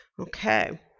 Okay